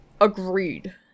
Agreed